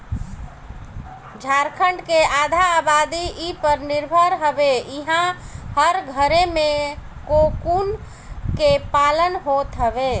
झारखण्ड के आधा आबादी इ पर निर्भर हवे इहां हर घरे में कोकून के पालन होत हवे